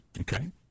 Okay